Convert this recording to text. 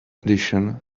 edition